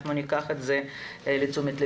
וניקח את זה לתשומת ליבנו.